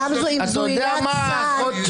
אבל גם אם זו עילת סל,